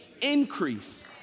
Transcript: increase